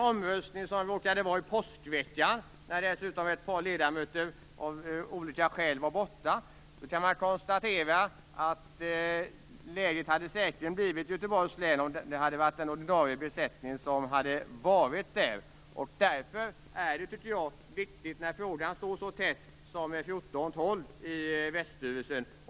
Omröstningen råkade vara i påskveckan, när ett par ledamöter av olika skäl var borta. Man kan konstatera att namnförslaget säkerligen hade blivit Göteborgs län om den ordinarie besättningen hade funnits på plats. Det var så tätt som 14-12 i Väststyrelsen.